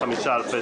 הממשלה.